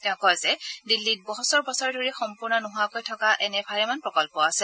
তেওঁ কয় যে দিল্লীত বছৰ বছৰ ধৰি সম্পূৰ্ণ নোহোৱাকৈ থকা এনে ভালেমান প্ৰকল্প আছে